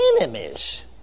enemies